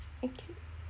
okay